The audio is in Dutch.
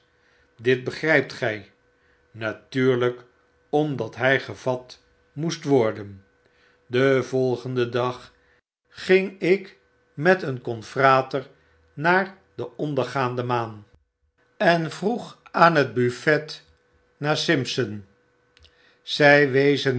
dit beg r pt gy natuurlyk omdat hij gevat moest worden den volgenden dag ging ik met t mm wmrn de geheime politie i een confrater naar de ondergaandemaan en vroeg aan het buffet naar simpson zy wezen